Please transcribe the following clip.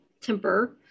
temper